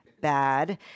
bad